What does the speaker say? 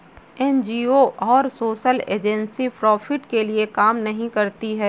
NGO और social agency profit के लिए काम नहीं करती है